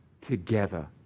together